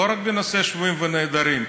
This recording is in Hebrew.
לא רק בנושא שבויים ונעדרים,